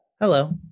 Hello